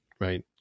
right